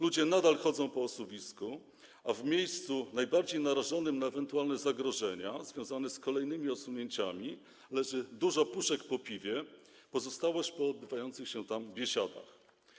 Ludzie nadal chodzą po osuwisku, a w miejscu najbardziej narażonym na ewentualne zagrożenia związane z kolejnymi osunięciami leży dużo puszek po piwie, pozostałość po odbywających się tam biesiadach.